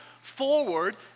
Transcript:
forward